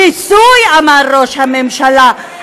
שיסוי, אמר ראש הממשלה?